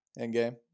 Endgame